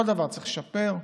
כל דבר צריך לשפר,